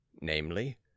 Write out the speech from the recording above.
Namely